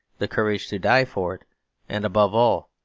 the courage to die for it and, above all,